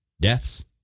deaths